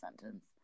sentence